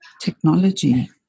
technology